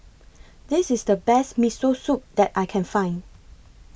This IS The Best Miso Soup that I Can Find